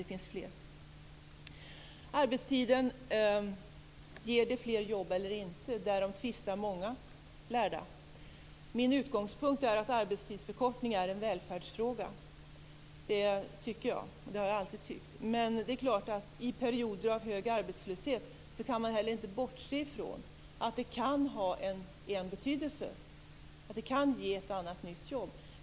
Ger den förkortade arbetstiden fler jobb eller inte? Därom tvista många lärda. Min utgångspunkt är att arbetstidsförkortning är en välfärdsfråga. Det har jag alltid tyckt. I perioder av hög arbetslöshet kan man inte heller bortse från att arbetstidsförkortning kan ge ett nytt jobb.